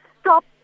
stop